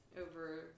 over